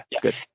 good